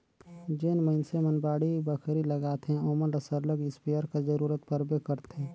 जेन मइनसे मन बाड़ी बखरी लगाथें ओमन ल सरलग इस्पेयर कर जरूरत परबे करथे